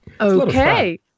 Okay